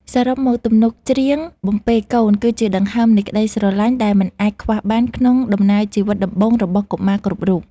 សរុបមក ទំនុកច្រៀងបំពេកូនគឺជាដង្ហើមនៃក្ដីស្រឡាញ់ដែលមិនអាចខ្វះបានក្នុងដំណើរជីវិតដំបូងរបស់កុមារគ្រប់រូប។